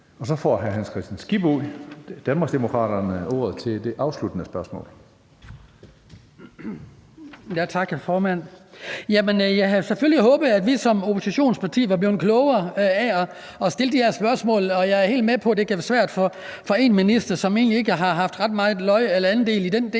Så får hr. Hans Kristian Skibby, Danmarksdemokraterne, ordet til det afsluttende spørgsmål. Kl. 16:01 Hans Kristian Skibby (DD): Tak, hr. formand. Jeg havde selvfølgelig håbet, at vi som oppositionsparti var blevet klogere af at stille de her spørgsmål. Jeg er helt med på, at det kan være svært for en minister, som egentlig ikke har haft ret meget andel i den del